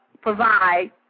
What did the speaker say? provide